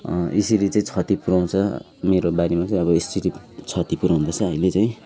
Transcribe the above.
यसरी चाहिँ क्षति पुऱ्याउँछ मेरो बारीमा चाहिँ आबो यसरी क्षति पुऱ्याउँदैछ अहिले चाहिँ